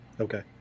Okay